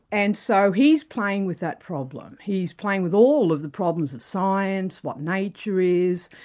and so he's playing with that problem, he's playing with all of the problems of science, what nature is,